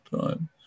time